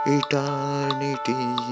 eternity